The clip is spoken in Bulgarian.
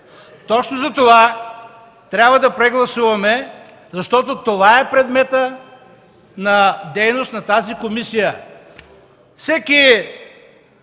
Точно затова трябва да прегласуваме, защото това е предметът на дейност на тази комисия.